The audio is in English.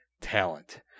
talent